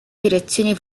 direzione